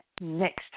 next